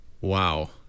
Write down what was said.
wow